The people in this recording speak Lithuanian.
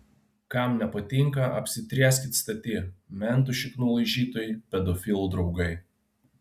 kam nepatinka apsitrieskit stati mentų šiknų laižytojai pedofilų draugai